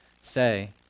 say